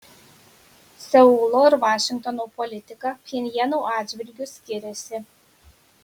seulo ir vašingtono politika pchenjano atžvilgiu skiriasi